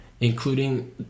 including